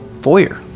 foyer